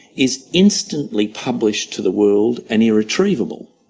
is instantly published to the world and irretrievable.